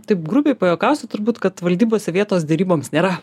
taip grubiai pajuokausiu turbūt kad valdybose vietos deryboms nėra